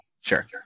Sure